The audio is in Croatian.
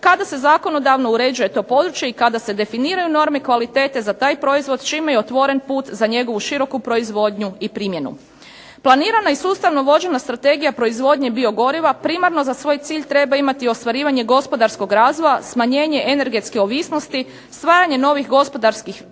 kada se zakonodavno uređuje to područje i kada se definiraju kvalitete za taj proizvod čime je otvoren put za njegovu široku proizvodnju i primjenu. Planirana i sustavno vođena strategija proizvodnje biogoriva primarno za svoj cilj treba imati ostvarivanje gospodarskog razvoja, smanjenje energetske ovisnosti, stvaranje novih gospodarskih